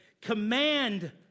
command